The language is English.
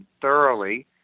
thoroughly